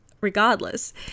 regardless